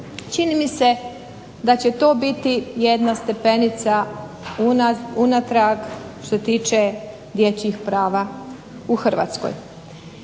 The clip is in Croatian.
Čini mi se da će to biti jedna stepenica unatrag što se tiče dječjih prava u Hrvatskoj.